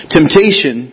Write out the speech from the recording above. Temptation